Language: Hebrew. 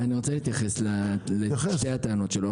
אני רוצה להתייחס לשתי הטענות שלו.